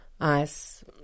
ice